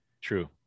true